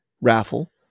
raffle